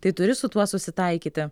tai turi su tuo susitaikyti